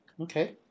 Okay